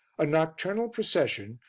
a nocturnal procession,